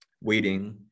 waiting